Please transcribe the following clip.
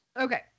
Okay